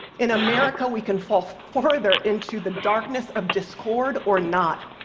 in america, we can fall further into the darkness of discord, or not.